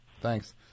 thanks